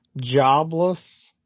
jobless